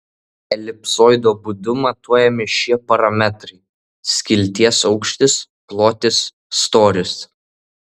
elipsoido būdu matuojami šie parametrai skilties aukštis plotis storis